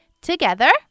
Together